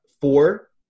four